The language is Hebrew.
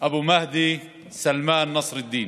אבו מהדי סלמאן נסראלדין,